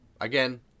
Again